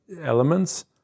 elements